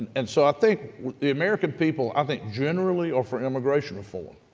and so i think the american people i think generally are for immigration reform.